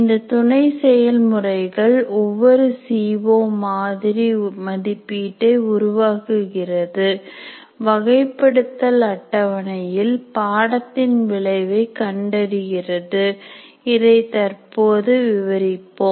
இந்த துணை செயல்முறைகள் ஒவ்வொரு சி ஓ மாதிரி மதிப்பீட்டை உருவாக்குகிறது வகைப்படுத்தல் அட்டவணையில் பாடத்தின் விளைவை கண்டறிகிறது இதை தற்போது விவரிப்போம்